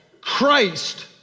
Christ